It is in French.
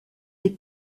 des